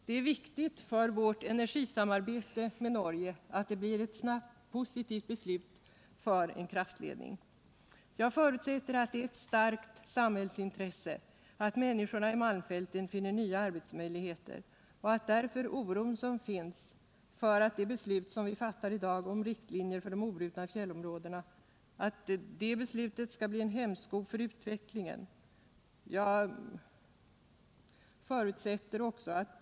Det är viktigt för vårt energisamarbete med Norge att det snabbt blir ett positivt beslut för en kraftledning. Jag förutsätter att det är ett starkt samhällsintresse att människorna i malmfälten finner nya arbetsmöjligheter och att därför den oro skall visa sig obefogad som finns för att det beslut vi fattar i dag om riktlinjer för de obrutna fjällområdena skall bli en hämsko för utvecklingen.